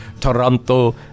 Toronto